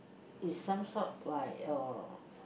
is some sort like uh